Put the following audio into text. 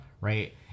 right